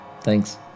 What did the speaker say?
Thanks